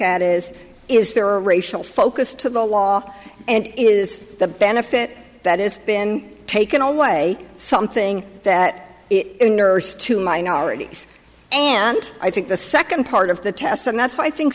at is is there are racial focus to the law and is the benefit that it's been taken away something that in nurse to minorities and i think the second part of the test and that's why i think